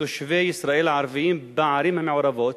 תושבי ישראל הערבים בערים המעורבות